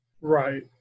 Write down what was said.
Right